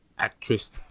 actress